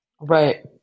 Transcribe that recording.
Right